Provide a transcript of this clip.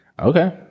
Okay